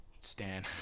stan